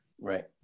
Right